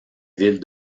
villes